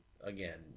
again